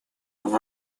будут